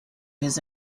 his